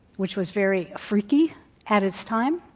which was very freaky at its time.